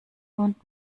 und